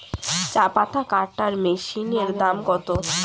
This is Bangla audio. চাপাতা কাটর মেশিনের দাম কত?